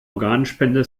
organspende